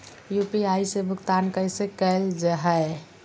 UPI से भुगतान कैसे कैल जहै?